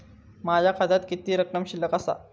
माझ्या खात्यात किती रक्कम शिल्लक आसा?